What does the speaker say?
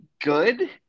good